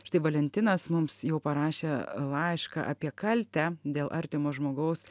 štai valentinas mums jau parašė laišką apie kaltę dėl artimo žmogaus